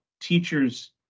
teachers